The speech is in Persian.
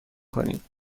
کنید